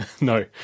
No